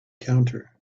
counter